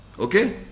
Okay